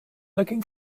looking